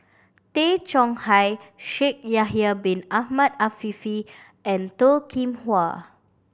Tay Chong Hai Shaikh Yahya Bin Ahmed Afifi and Toh Kim Hwa